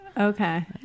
Okay